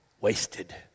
wasted